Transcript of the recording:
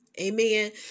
Amen